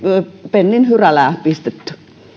pennin hyrälää pistetty